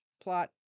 plot